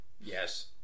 yes